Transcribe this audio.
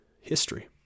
history